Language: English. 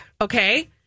okay